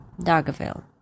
Dargaville